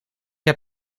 heb